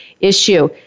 issue